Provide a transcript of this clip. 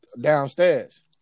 downstairs